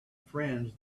friends